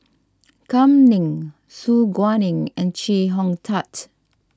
Kam Ning Su Guaning and Chee Hong Tat